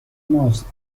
ماست